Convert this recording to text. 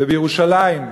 ובירושלים,